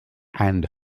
and